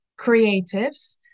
creatives